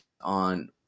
on